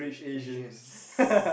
visions